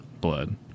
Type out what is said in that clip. blood